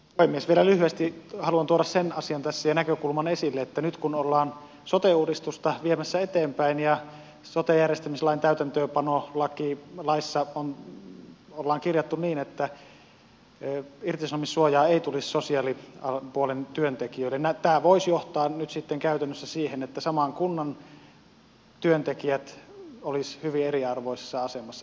vielä lyhyesti haluan tuoda sen asian ja näkökulman tässä esille että nyt kun ollaan sote uudistusta viemässä eteenpäin ja sote järjestämislain täytäntöönpanolaissa ollaan kirjattu niin että irtisanomissuojaa ei tulisi sosiaalipuolen työntekijöille tämä voisi johtaa sitten käytännössä siihen että saman kunnan työntekijät olisivat hyvin eriarvoisessa asemassa